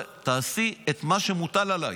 תעשי את מה שמוטל עלייך,